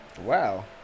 Wow